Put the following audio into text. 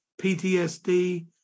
PTSD